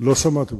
אדוני סגן השר.